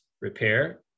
repair